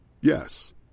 Yes